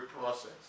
process